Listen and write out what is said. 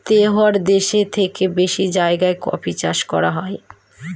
তেহাত্তর দেশের থেকেও বেশি জায়গায় কফি চাষ করা হয়